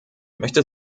möchte